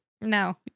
no